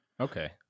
Okay